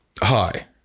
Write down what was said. hi